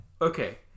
Okay